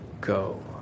go